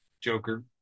Joker